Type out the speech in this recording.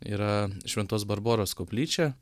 yra šventos barboros koplyčia